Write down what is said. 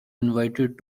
invited